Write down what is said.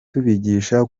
tubigisha